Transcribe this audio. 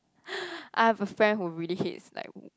I have a friend who really hates like